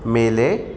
ಮೇಲೆ